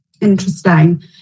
Interesting